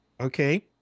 Okay